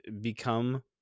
become